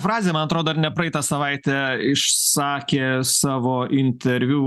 frazė man atrodo ar ne praeitą savaitę išsakė savo interviu